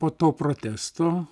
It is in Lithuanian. po to protesto